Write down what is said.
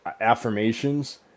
affirmations